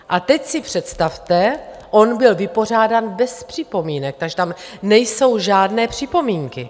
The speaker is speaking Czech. A teď si představte, on byl vypořádán bez připomínek, takže tam nejsou žádné připomínky.